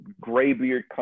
Graybeard